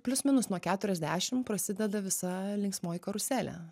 plius minus nuo keturiasdešim prasideda visa linksmoji karuselė